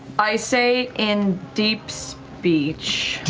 i say, in deep speech.